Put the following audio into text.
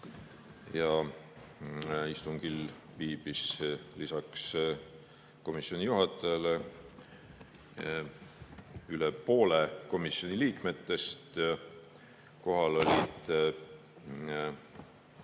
Istungil viibis lisaks komisjoni juhatajale üle poole komisjoni liikmetest. Kohal olid